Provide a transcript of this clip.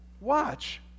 Watch